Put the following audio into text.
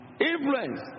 Influence